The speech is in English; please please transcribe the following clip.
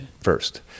first